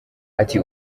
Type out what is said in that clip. ati